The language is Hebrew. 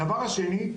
הדבר השני,